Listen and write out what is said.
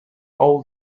all